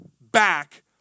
back